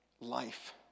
life